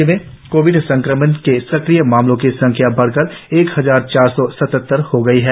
राज्य में कोविड संक्रमण के सक्रिय मामलो की संख्या बढ़कर एक हजार चार सौ सत्तासी हो गई है